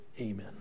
amen